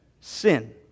Sin